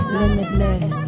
limitless